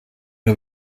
nur